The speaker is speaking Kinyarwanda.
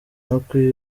indwara